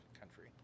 country